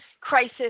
crisis